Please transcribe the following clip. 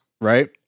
right